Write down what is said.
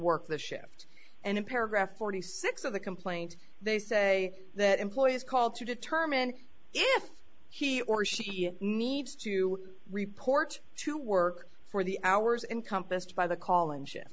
work the shift and in paragraph forty six of the complaint they say that employees called to determine if he or she needs to report to work for the hours encompassed by the call and shi